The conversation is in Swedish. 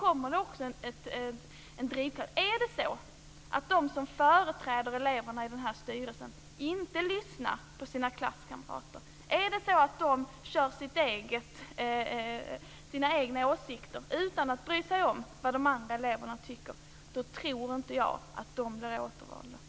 Om det är så att de som företräder eleverna i dessa styrelser inte lyssnar på sina klasskamrater utan framför sina egna åsikter utan att bry sig om vad de andra eleverna tycker, då tror inte jag att de blir återvalda.